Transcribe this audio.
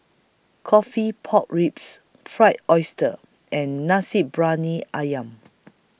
Coffee Pork Ribs Fried Oyster and Nasi Briyani Ayam